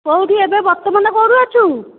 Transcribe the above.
କେଉଁଠି ଏବେ ବର୍ତ୍ତମାନ କେଉଁଠି ଅଛୁ